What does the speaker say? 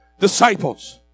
disciples